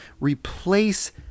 replace